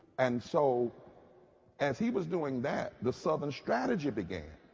and so as he was doing that, the southern strategy began.